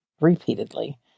repeatedly